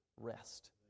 Rest